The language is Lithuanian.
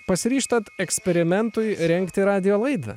pasiryžtat eksperimentui rengti radijo laidą